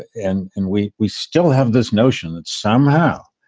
and and we we still have this notion that somehow